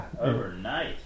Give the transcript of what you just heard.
Overnight